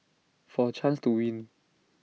for A chance to win